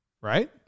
Right